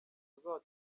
ingabo